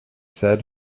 said